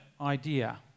idea